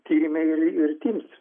tyrime ir ir tims